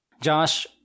Josh